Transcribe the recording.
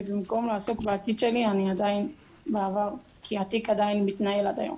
ובמקום לעסוק בעתיד שלי אני עדיין בעבר כי התיק עדיין מתנהל עד היום,